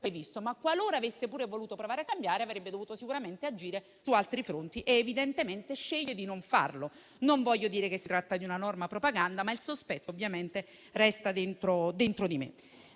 Ma, qualora avesse pure voluto provare a cambiare, avrebbe dovuto sicuramente agire su altri fronti; evidentemente sceglie di non farlo. Non voglio dire che si tratta di una norma propaganda, ma il sospetto ovviamente resta dentro di me.